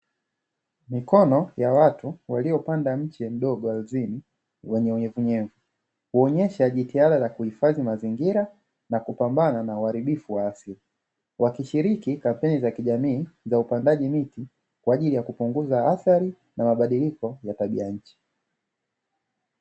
Mikono ya watu waliopanda mche mdogo ardhini wenye unyevunyevu, huonyesha jitihada za kuhifadhi mazingira na kupambana na uharibifu wa asili, wakishiriki kampeni za kijamii za upandaji miti kwa ajili ya kupunguza athari na mabadiliko ya tabia ya nchi.